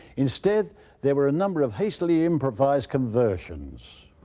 instead there were a number of hastily improvised conversions.